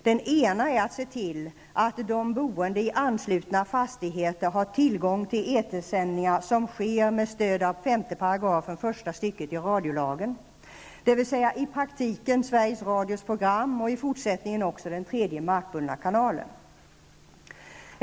Den ena är att de skall se till att de boende i anslutna fastigheter har tillgång till etersändningar som sker med stöd av 5 § första stycket i radiolagen, dvs. i praktiken Sveriges Radios program och i fortsättningen också den tredje markbundna kanalens.